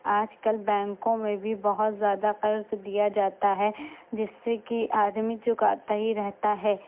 آج کل بینکوں میں بھی بہت زیادہ قرض دیا جاتا ہے جس سے کہ آدمی چکاتا ہی رہتا ہے